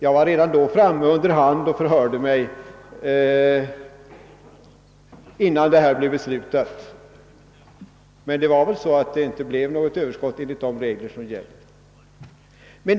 Jag förhörde mig redan då under hand om hur det låg till — innan beslutet fattades — men det var väl så att det inte tidigare blivit något överskott enligt de regler som gäller.